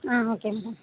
ah okay madam